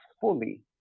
fully